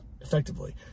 effectively